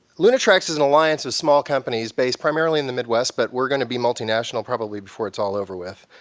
lunatrex is an alliance of small companies based primarily in the midwest, but we're going to be multinational probably before it's all over with.